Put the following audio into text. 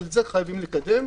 את זה חייבים לקדם,